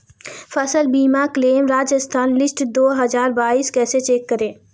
फसल बीमा claim Rajasthan list दो हज़ार बाईस कैसे चेक करें?